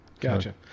Gotcha